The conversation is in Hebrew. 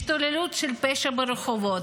השתוללות של פשע ברחובות,